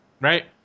right